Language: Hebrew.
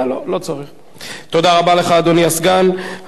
לא, לא צריך.